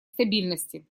стабильности